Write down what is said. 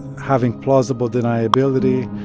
having plausible deniability.